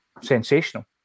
sensational